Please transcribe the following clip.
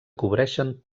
cobreixen